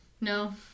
no